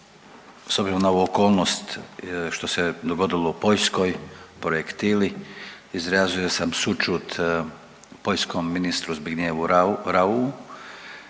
obzirom na ovu okolnost, što se dogodilo u Poljskoj, projektili, izrazio sam sućut poljskom ministru Zbigniewu Rauu,